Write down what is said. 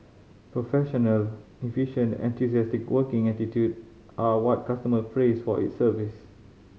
professional efficient and enthusiastic working attitude are what customer praise for its service